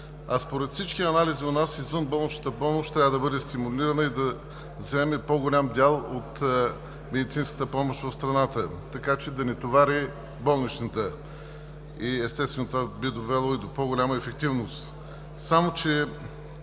а според всички анализи у нас извънболничната помощ трябва да бъде стимулирана и да заеме по-голям дял от медицинската помощ в страната, така че да не товари болничната. Естествено това би довело и до по-голяма ефективност. Само че